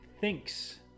thinks